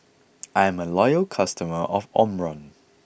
I'm a loyal customer of Omron